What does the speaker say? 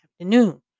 afternoon